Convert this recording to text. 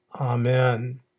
Amen